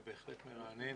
זה בהחלט מרענן.